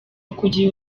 ukugira